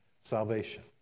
salvation